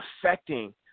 affecting